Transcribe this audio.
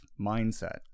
mindset